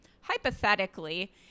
hypothetically